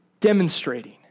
demonstrating